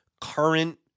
current